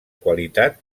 qualitat